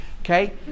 okay